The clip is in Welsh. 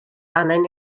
angen